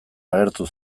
agertu